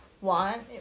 want